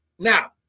Now